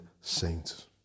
saints